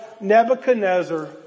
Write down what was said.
Nebuchadnezzar